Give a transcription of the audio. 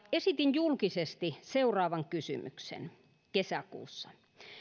esitin kesäkuussa julkisesti seuraavan kysymyksen